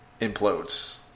implodes